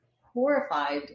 horrified